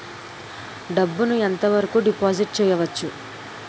డబ్బు ను ఎంత వరకు డిపాజిట్ చేయవచ్చు?